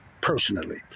personally